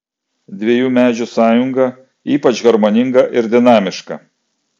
dviejų medžių sąjunga ypač harmoninga ir dinamiška